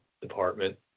department